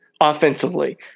offensively